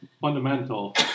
fundamental